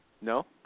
No